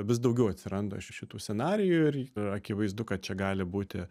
vis daugiau atsiranda šitų scenarijų ir akivaizdu kad čia gali būti